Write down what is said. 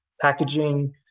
packaging